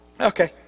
Okay